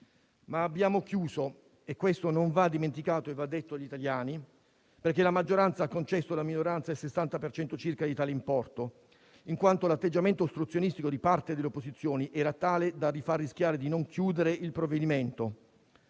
ma abbiamo chiuso - e questo non va dimenticato e va detto agli italiani - perché la maggioranza ha concesso alla minoranza il 60 per cento circa di tale importo, in quanto l'atteggiamento ostruzionistico di parte delle opposizioni era tale da far rischiare di non chiudere il provvedimento.